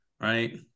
Right